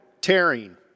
tearing